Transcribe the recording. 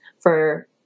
for-